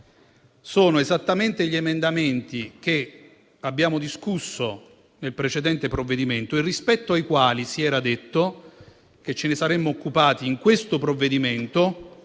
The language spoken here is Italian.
sono esattamente le stesse proposte che abbiamo discusso nel precedente provvedimento, rispetto alle quali si era detto che ce ne saremmo occupati in questo provvedimento,